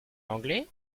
anglais